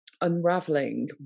unraveling